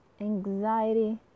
anxiety